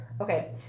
okay